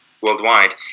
worldwide